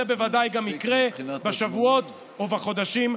זה בוודאי גם יקרה בשבועות ובחודשים הקרובים.